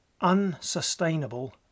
unsustainable